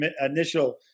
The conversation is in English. initial